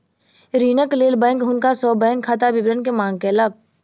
ऋणक लेल बैंक हुनका सॅ बैंक खाता विवरण के मांग केलक